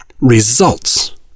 Results